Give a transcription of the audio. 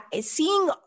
seeing